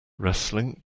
wrestling